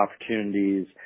opportunities